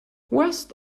west